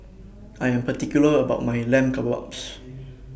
I Am particular about My Lamb Kebabs